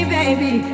baby